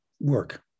work